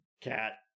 cat